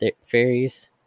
fairies